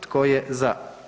Tko je za?